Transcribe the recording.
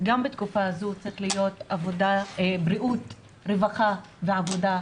גם בתקופה הזאת צריך להיות 'בריאות רווחה ועבודה',